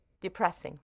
depressing